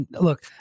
Look